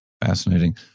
Fascinating